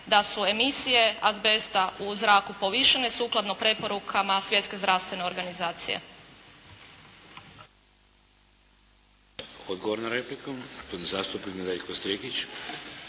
da su emisije azbesta u zraku povišene sukladno preporukama Svjetske zdravstvene organizacije. **Šeks, Vladimir (HDZ)** Odgovor na repliku, gospodin zastupnik Nedjeljko Strikić.